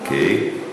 אוקיי.